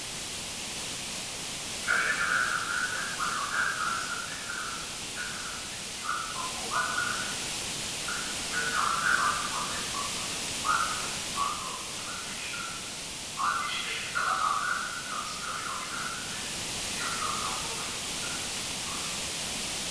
Gari aina ya Landcruiser limeandikwa neno Ambulance linaivuta kliniki ya kusafiri iliyoandikwa Mobile Clinic . Kliniki hiyo ni kama trela kubwa lenye magurudumu manne, mlango na madirisha. Maandishi ya shirika la AMREF na Beyond Zero yanaonekana pembeni. Eneo hii la udongo mwekundu na miti nyuma.